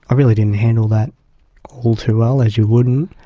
ah really didn't handle that all too well, as you wouldn't.